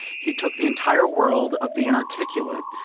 he took the entire world of the inarticulate,